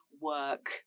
work